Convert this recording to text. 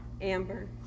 Amber